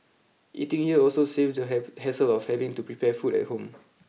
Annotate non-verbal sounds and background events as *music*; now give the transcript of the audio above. eating here also saves the *unintelligible* hassle of having to prepare food at home